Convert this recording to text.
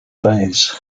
phase